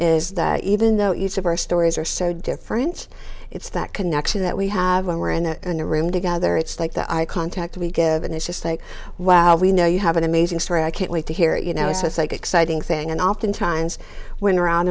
is that even though each of our stories are so different it's that connection that we have when we're in a room together it's like that eye contact to be given it's just like wow we know you have an amazing story i can't wait to hear you know it's like exciting thing and often times when around